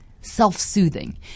self-soothing